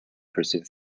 percent